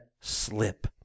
slip